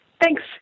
Thanks